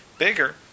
Bigger